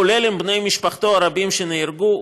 כולל לבני משפחתו הרבים שנהרגו,